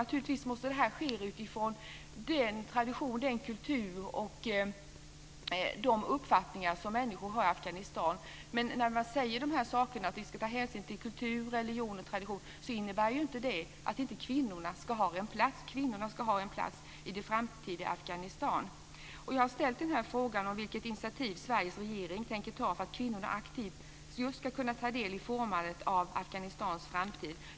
Naturligtvis måste detta ske utifrån den tradition, den kultur och de uppfattningar som människor har i Afghanistan. Men när man säger att vi ska ta hänsyn till kultur, religion och tradition innebär det inte att kvinnorna inte ska ha en plats. Kvinnorna ska ha en plats i det framtida Afghanistan. Jag har ställt frågan om vilket initiativ Sveriges regering tänker ta för att kvinnorna aktivt just ska kunna ta del i formandet av Afghanistans framtid.